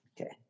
Okay